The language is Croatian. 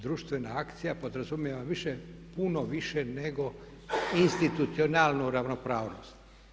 Društvena akcija podrazumijeva više, puno više nego institucionalnu ravnopravnost.